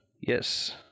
Yes